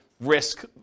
Risk